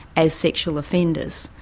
as sexual offenders.